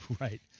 Right